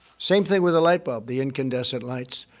same thing with the lightbulb, the incandescent lights.